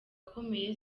akomeye